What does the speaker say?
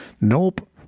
Nope